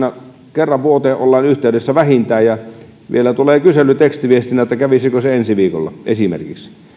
kerran vuoteen ollaan yhteydessä vähintään ja vielä tulee kysely tekstiviestinä että kävisikö se ensi viikolla esimerkiksi